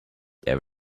there